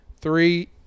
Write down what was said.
Three